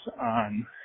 on